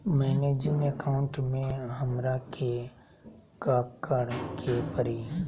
मैंने जिन अकाउंट में हमरा के काकड़ के परी?